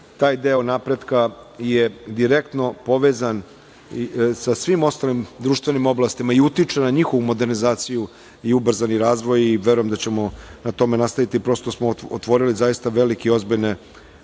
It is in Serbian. taj deo napretka je direktno povezan sa svim ostalim društvenim oblastima i utiče na njihovu modernizaciju i ubrzani razvoj i verujem da ćemo na tome nastaviti. Prosto smo otvorili zaista velike i ozbiljne,